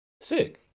sick